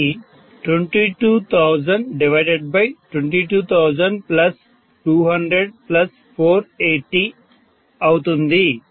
అది 2200022000200480అవుతుంది